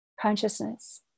consciousness